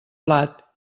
blat